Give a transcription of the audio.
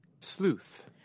Sleuth